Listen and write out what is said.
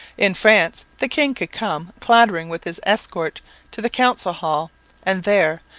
in france the king could come clattering with his escort to the council hall and there,